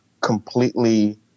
completely